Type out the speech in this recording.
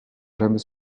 jamais